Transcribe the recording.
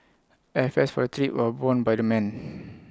airfares for the trip were borne by the men